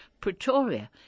Pretoria